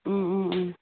ꯎꯝ ꯎꯝ ꯎꯝ